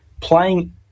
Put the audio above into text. playing